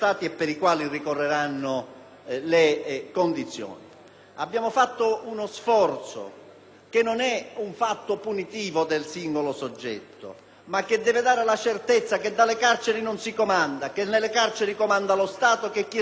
abbiamo compiuto non serve solo a punire il singolo soggetto, ma deve dare la certezza che dalle carceri non si comanda perché nelle carceri comanda lo Stato e chi è stato condannato, se vuole evitare il carcere duro, ha un altro strumento: